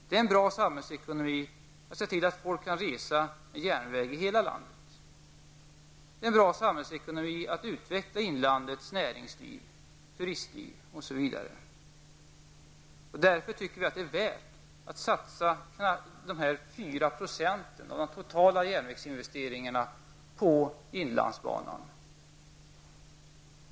Det är en bra samhällsekonomi att se till att folk kan resa med järnväg i hela landet. Det är en bra samhällsekonomi att utveckla inlandets näringsliv, turistliv, osv. Därför tycker vi att det är värt att satsa dessa 4 % av de totala järnvägsinvesteringarna på inlandsbanan.